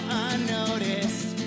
unnoticed